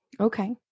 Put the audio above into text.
Okay